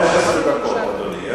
15 דקות.